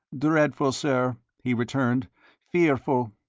dreadful, sir, he returned fearful.